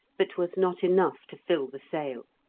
but was not enough to fill the sail.